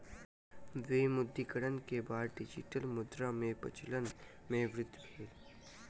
विमुद्रीकरण के बाद डिजिटल मुद्रा के प्रचलन मे वृद्धि भेल